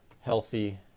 healthy